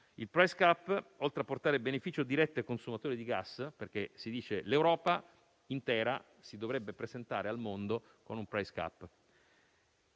Il *price cap*, oltre a portare beneficio diretto ai consumatori di gas (perché si dice che l'Europa intera si dovrebbe presentare al mondo con un *price cap*),